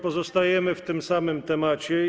Pozostajemy w tym samym temacie.